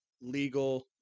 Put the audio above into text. legal